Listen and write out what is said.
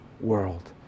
world